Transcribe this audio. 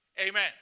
Amen